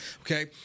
Okay